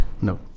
No